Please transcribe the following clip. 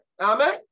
Amen